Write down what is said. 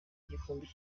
igikombe